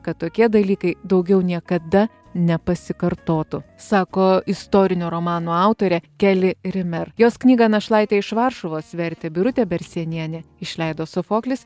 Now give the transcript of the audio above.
kad tokie dalykai daugiau niekada nepasikartotų sako istorinio romano autorė keli rimer jos knygą našlaitė iš varšuvos vertė birutė bersėnienė išleido sofoklis